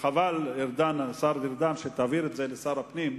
חבל, השר ארדן, ותעביר את זה לשר הפנים,